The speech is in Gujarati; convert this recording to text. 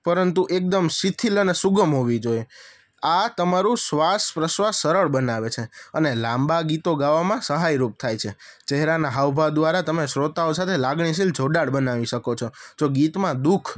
પરંતુ એકદમ શિથિલ અને અને સુગમ હોવી જોઈએ આ તમારું શ્વાસ ઉચ્છવાસ સરળ બનાવે છે અને લાંબા ગીતો ગાવામાં સહાયરૂપ થાય છે ચહેરાનાં હાવભાવ દ્વારા તમે શ્રોતાઓ સાથે લાગણીશીલ જોડાણ બનાવી શકો છો જો ગીતમાં દુઃખ